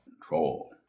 control